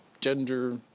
gender